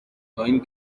تااین